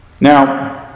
Now